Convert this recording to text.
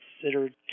considered